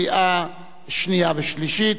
לקריאה שנייה ושלישית.